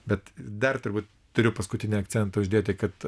bet dar turbūt turiu paskutinį akcentą uždėti kad